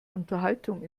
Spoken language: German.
unterhaltung